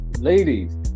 Ladies